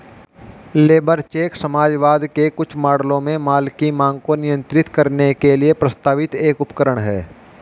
labour cheque समाजवाद के कुछ मॉडलों में माल की मांग को नियंत्रित करने के लिए प्रस्तावित एक उपकरण है